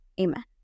amen